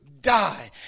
die